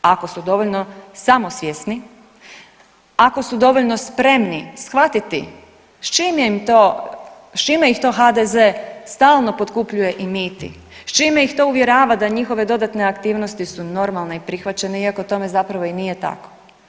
Ako su dovoljno samosvjesni, ako su dovoljno spremni shvatiti s čime ih to HDZ stalno potkupljuje i miti, s čime ih to uvjerava da njihove dodatne aktivnosti su normalne i prihvaćene, iako tome zapravo i nije tako.